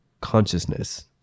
consciousness